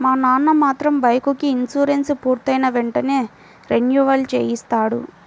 మా నాన్న మాత్రం బైకుకి ఇన్సూరెన్సు పూర్తయిన వెంటనే రెన్యువల్ చేయిస్తాడు